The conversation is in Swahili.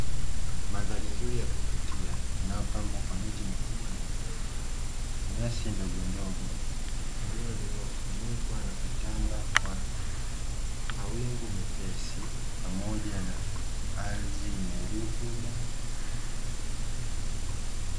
Mandhari nzuri ya kuvutia inayopambwa kwa miti mikubwa na midogo nyasi ndogondogo. Eneo lililofunikwa na kutanda kwa mawingu mepesi pamoja na ardhi nyerutuba.